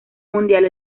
mundial